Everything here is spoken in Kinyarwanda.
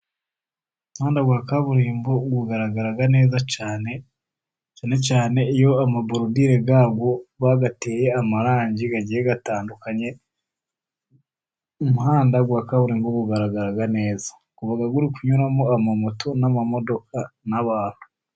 Umuhanda wa kaburimbo uaragaraga neza cyane cyane iyo amaborudire yawo bayateye amarangi agiye atandukanye. Umuhanda wa kaburimbo ugaragaraga neza, uba uri kunyuramo amamoto n'amamodoka n'abantu.